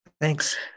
thanks